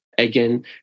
Again